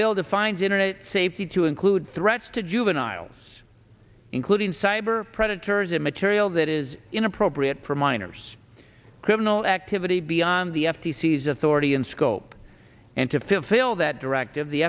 bill defines internet safety to include threats to juveniles including cyber predators and material that is inappropriate for minors criminal activity beyond the f t c has authority in scope and to fifield that directive the